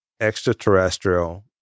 extraterrestrial